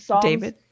David